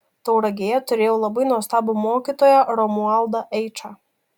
tauragėje turėjau labai nuostabų mokytoją romualdą eičą